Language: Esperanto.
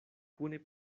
kune